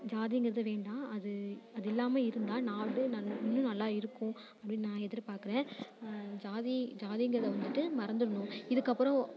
ஜாதிங்கிறது வேண்டாம் அது அது இல்லாமல் இருந்தால் நாடு நல் இன்னும் நல்லா இருக்கும் அப்படின்னு நான் எதிர்பார்க்குறேன் ஜாதி ஜாதிங்கிறதை வந்துட்டு மறந்திடணும் இதுக்கப்புறம்